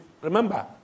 Remember